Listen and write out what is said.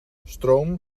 stroom